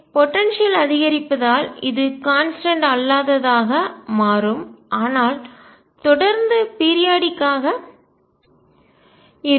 ஆகவே போடன்சியல் ஆற்றல் அதிகரிப்பதால் இது கான்ஸ்டன்ட் அல்லாததாக மாறக்கூடியதாக மாறும் ஆனால் தொடர்ந்து பீரியாடிக் ஆக இருக்கும்